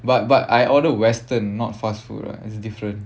but but I ordered western not fast food right is it different